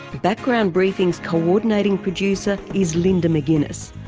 background briefing's co-ordinating producer is linda mcguiness,